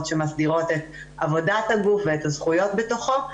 שמסדירות את עבודת הגוף ואת הזכויות בתוכו.